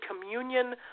communion